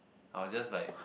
I will just like